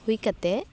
ᱦᱩᱭ ᱠᱟᱛᱮ